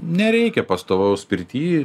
nereikia pastovaus pirty